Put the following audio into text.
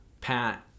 Pat